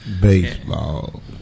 Baseball